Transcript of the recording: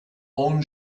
own